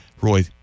Roy